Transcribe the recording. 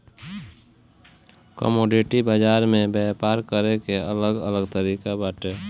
commodity बाजार में व्यापार करे के अलग अलग तरिका बाटे